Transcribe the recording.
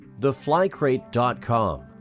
theflycrate.com